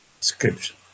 description